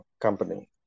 company